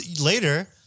Later